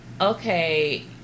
okay